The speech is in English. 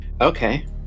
Okay